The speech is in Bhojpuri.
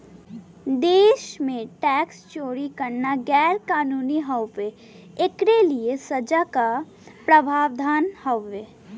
देश में टैक्स चोरी करना गैर कानूनी हउवे, एकरे लिए सजा क प्रावधान हौ